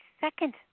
second